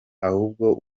ahubwo